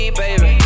baby